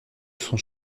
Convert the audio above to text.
son